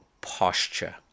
posture